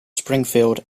springfield